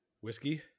Whiskey